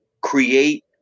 create